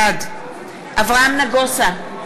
בעד אברהם נגוסה,